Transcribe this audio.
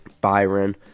Byron